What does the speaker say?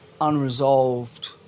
unresolved